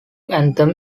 anthem